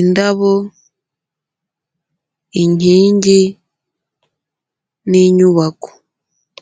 indabo, inkingi n'inyubako.